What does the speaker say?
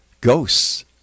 ghosts